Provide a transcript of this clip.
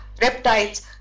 reptiles